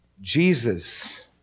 Jesus